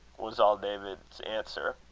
was all david's answer.